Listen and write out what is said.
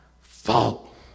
fault